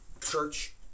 church